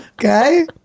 Okay